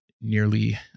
nearly